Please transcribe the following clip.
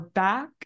back